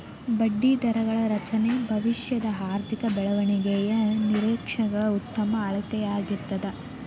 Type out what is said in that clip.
ಬಡ್ಡಿದರಗಳ ರಚನೆ ಭವಿಷ್ಯದ ಆರ್ಥಿಕ ಬೆಳವಣಿಗೆಯ ನಿರೇಕ್ಷೆಗಳ ಉತ್ತಮ ಅಳತೆಯಾಗಿರ್ತದ